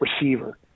receiver